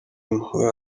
impuhwe